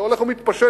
זה הולך ומתפשט,